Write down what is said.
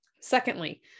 Secondly